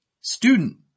Student